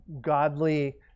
godly